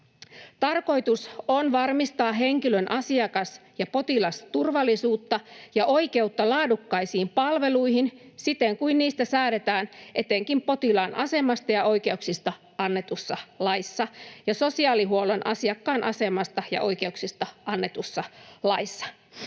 Tarkoitus on varmistaa henkilön asiakas- ja potilasturvallisuutta ja oikeutta laadukkaisiin palveluihin siten kuin niistä säädetään etenkin potilaan asemasta ja oikeuksista annetussa laissa ja sosiaalihuollon asiakkaan asemasta ja oikeuksista annetussa laissa.